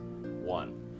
one